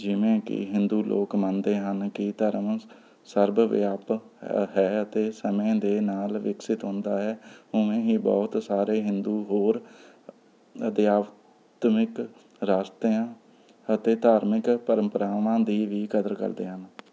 ਜਿਵੇਂ ਕਿ ਹਿੰਦੂ ਲੋਕ ਮੰਨਦੇ ਹਨ ਕਿ ਧਰਮ ਸਰਬਵਿਆਪਕ ਹੈ ਅਤੇ ਸਮੇਂ ਦੇ ਨਾਲ ਵਿਕਸਤ ਹੁੰਦਾ ਹੈ ਉਵੇਂ ਹੀ ਬਹੁਤ ਸਾਰੇ ਹਿੰਦੂ ਹੋਰ ਅਧਿਆਤਮਿਕ ਰਸਤਿਆਂ ਅਤੇ ਧਾਰਮਿਕ ਪਰੰਪਰਾਵਾਂ ਦੀ ਵੀ ਕਦਰ ਕਰਦੇ ਹਨ